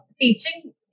teaching